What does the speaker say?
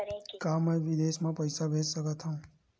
का मैं विदेश म पईसा भेज सकत हव?